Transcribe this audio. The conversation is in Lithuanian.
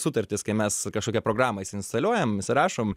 sutartys kai mes kažkokią programą įsiinstaliuojam įsirašom